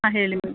ಹಾಂ ಹೇಳಿ ಮ್ಯಾಮ್